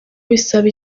bisaba